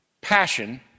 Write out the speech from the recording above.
passion